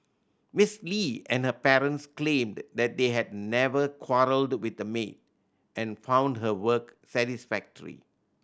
Miss Li and her parents claimed that they had never quarrelled with the maid and found her work satisfactory